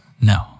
No